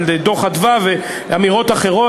על דוח "מרכז אדוה" ואמירות אחרות.